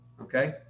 Okay